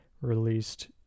released